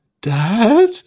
Dad